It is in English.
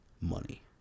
money